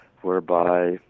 whereby